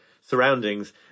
surroundings